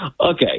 Okay